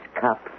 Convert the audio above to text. cup